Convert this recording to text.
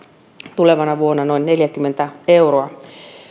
tulevana vuonna noin neljäkymmentä euroa